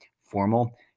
formal